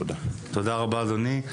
תודה רבה אדוני.